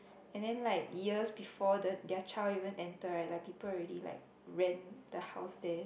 and then like years before the their child even enter right like people already like rent the house there